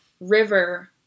River